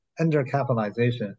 undercapitalization